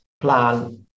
plan